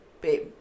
Babe